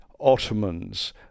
Ottomans